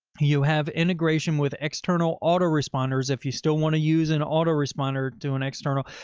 you have integration with external auto responders. if you still want to use an auto responder to an external,